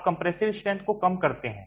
आप compressive strength को कम करते हैं